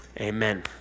Amen